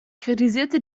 kritisierte